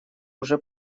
уже